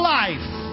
life